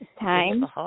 time